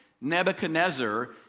Nebuchadnezzar